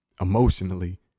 emotionally